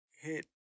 hit